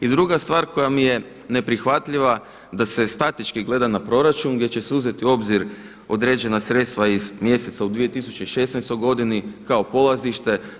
I druga stvar koja mi je neprihvatljiva, da se statički gleda na proračun gdje će se uzeti u obzir određena sredstva iz mjeseca u 2016. godini kao polazište.